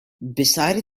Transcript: besides